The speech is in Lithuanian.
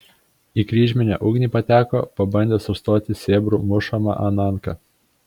į kryžminę ugnį pateko pabandęs užstoti sėbrų mušamą ananką